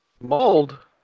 Mold